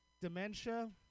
dementia